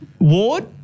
Ward